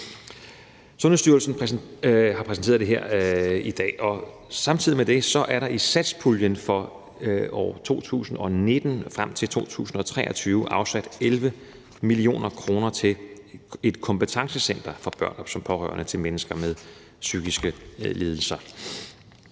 Sundhedsstyrelsen har præsenteret det her i dag, og samtidig med det er der i satspuljen for 2019 og frem til 2023 afsat 11 mio. kr. til et kompetencecenter for børn som pårørende til mennesker med psykiske lidelser.